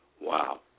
Wow